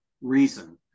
reason